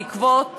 בעקבות